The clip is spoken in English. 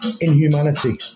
Inhumanity